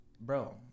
Bro